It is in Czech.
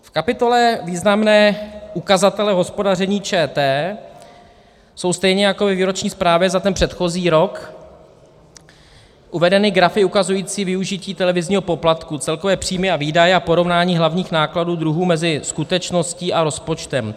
V kapitole Významné ukazatele hospodaření ČT jsou stejně jako ve výroční zprávě za ten předchozí rok uvedeny grafy ukazující využití televizního poplatku, celkové příjmy a výdaje a porovnání hlavních nákladů druhů mezi skutečností a rozpočtem.